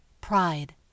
pride